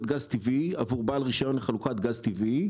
גז טבעי עבור בעל רישיון לחלוקת גז טבעי,